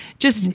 just,